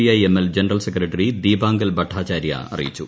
I M L general secretary Dipankar Bhattacharya അറിയിച്ചു